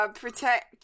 Protect